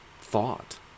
thought